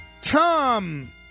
Tom